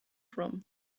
from